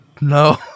no